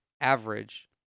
average